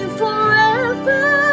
forever